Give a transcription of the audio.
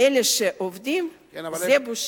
אלה שעובדים, זה בושה.